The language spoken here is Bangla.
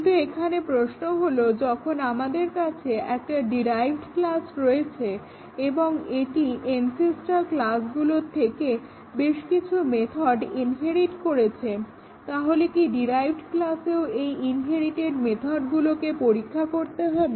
কিন্তু এখানে প্রশ্ন হলো যখন আমাদের কাছে একটা ডিরাইভড ক্লাস রয়েছে এবং এটি এনসিস্টর ক্লাসগুলো থেকে বেশকিছু মেথড ইনহেরিট করছে তাহলে কি ডিরাইভড ক্লাসেও এই ইনহেরিটেড মেথডগুলোকে পরীক্ষা করতে হবে